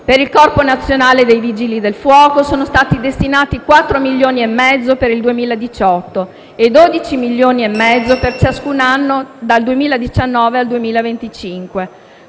per il Corpo nazionale dei vigili del fuoco sono stati destinati 4,5 milioni di euro per il 2018 e 12,5 milioni di euro per ciascun anno dal 2019 al 2025,